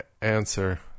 answer